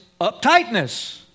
uptightness